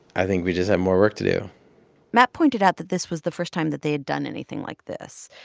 i think we just have more work to do matt pointed out that this was the first time that they had done anything like this,